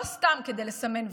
לא סתם כדי לסמן וי.